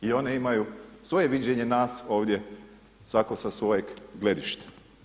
I one imaju svoje viđenje nas ovdje svatko sa svojeg gledišta.